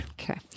Okay